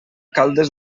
caldes